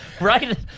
Right